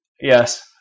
Yes